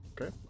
Okay